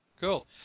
Cool